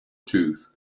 tooth